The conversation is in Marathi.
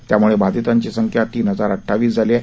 त्यामुळे बाधितांची संख्या तीन हजार अठ्ठावीस झाली आहे